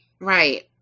Right